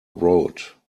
wrote